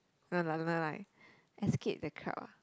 no lah not like escape the crowd ah